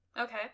Okay